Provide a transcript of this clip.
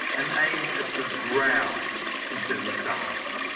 and aimed at the ground instead of the stars.